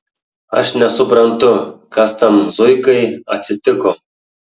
aš nesuprantu kas tam zuikai atsitiko